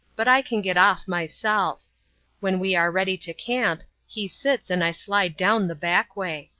but i can get off myself when we are ready to camp, he sits and i slide down the back way.